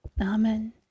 Amen